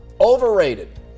Overrated